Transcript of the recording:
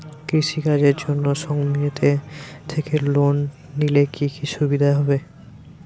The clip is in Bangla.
কৃষি কাজের জন্য সুমেতি থেকে লোন নিলে কি কি সুবিধা হবে?